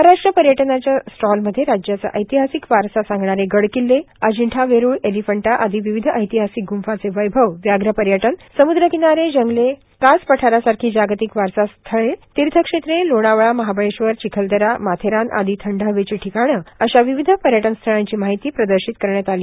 महाराष्ट्र पर्यटनच्या स्टॉलमध्ये राज्याचा ऐतिहासिक वारसा सांगणारे गडकिल्लेए अजिंठाए वेरुळए एलिफंटा आदी विविध ऐतिहासिक ग्रंफांचे वैभवए व्याघ्र पर्यटनए समुद्रकिनारेए जंगलेए कास जागतिक पठारसारखी वारसास्थळेए तिर्थक्षेत्रेए लोणावळाए महाबळेश्वरए चिखलदराए माथेरान आदी थंड हवेची ठिकाणे अशा विविध पर्यटनस्थळांची माहिती प्रदर्शित करण्यात आली